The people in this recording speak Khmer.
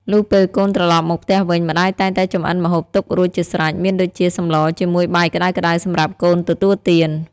លុះពេលកូនត្រឡប់មកផ្ទះវិញ ម្តាយតែងតែចម្អិនម្ហូបទុករួចជាស្រាច់មានដូចជាសម្លរជាមួយបាយក្ដៅៗសម្រាប់កូនទទួលទាន។